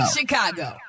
Chicago